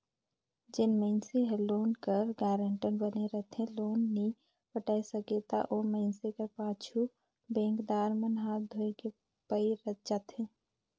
जेन मइनसे हर लोन कर गारंटर बने रहथे लोन नी पटा सकय ता ओ मइनसे कर पाछू बेंकदार मन हांथ धोए के पइर जाथें